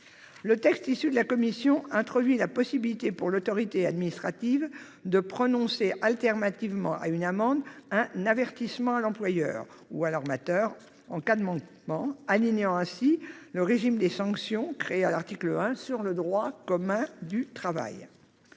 Le texte issu de la commission prévoit la possibilité pour l'autorité administrative de prononcer, en lieu et place d'une amende, un avertissement à l'employeur ou à l'armateur en cas de manquement, alignant ainsi le régime de sanctions administratives créé à l'article 1 sur le droit commun du travail.